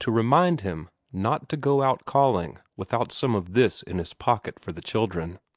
to remind him not to go out calling without some of this in his pocket for the children.